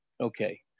okay